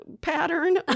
pattern